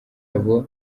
aba